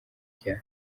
rya